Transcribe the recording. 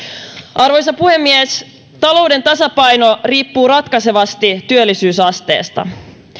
arvoisa puhemies talouden tasapaino riippuu ratkaisevasti työllisyysasteesta